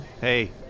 Hey